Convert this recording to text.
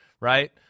right